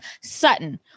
Sutton